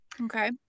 Okay